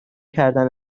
کردن